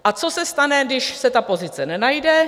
A co se stane, když se ta pozice nenajde?